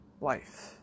life